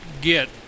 get